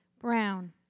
Brown